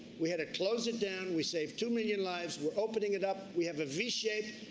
we had to close it down. we saved two million lives. we're opening it up. we have a v vapeshape.